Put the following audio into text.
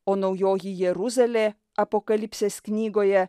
o naujoji jeruzalė apokalipsės knygoje